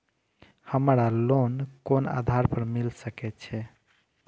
हमरा लोन कोन आधार पर मिल सके छे?